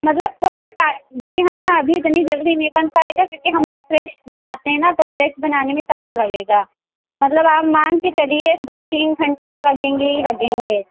مطلب تھوڑا ٹائی جی ہاں ابھی اتنی جلدی نہیں بن پائے گا کیونکہ ہم لوگ فریش بناتے ہیں نا تو فریش بنانے میں ٹائم لگے گا مطلب آپ مان کے چلیے دو تین گھنٹے تو لگیں گے ہی لگیں گے